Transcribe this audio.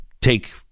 take